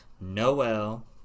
Noel